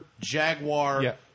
Jaguar